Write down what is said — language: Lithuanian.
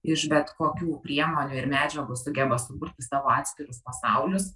iš bet kokių priemonių ir medžiagų sugeba suburti savo atskirus pasaulius